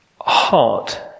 heart